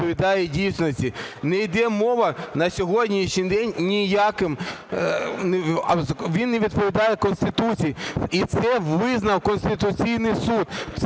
не відповідає дійсності. Не йде мова на сьогоднішній день... він не відповідає Конституції, і це визнав Конституційний Суд.